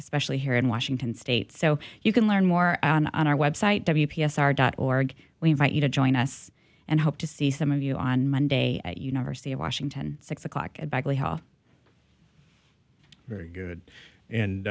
especially here in washington state so you can learn more on our web site www dot org we invite you to join us and hope to see some of you on monday at university of washington six o'clock very good and